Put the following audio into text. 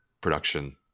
production